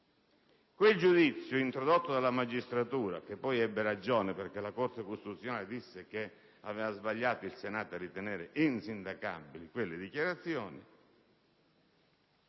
Quel giudizio fu introdotto dalla magistratura, che poi ebbe ragione, perché la Corte costituzionale dichiarò che il Senato aveva sbagliato a ritenere insindacabili quelle dichiarazioni.